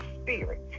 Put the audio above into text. spirit